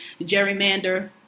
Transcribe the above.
Gerrymander